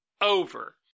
over